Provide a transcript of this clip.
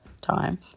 time